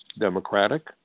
democratic